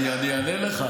אני אענה לך.